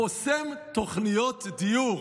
חוסם תוכניות דיור?